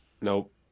Nope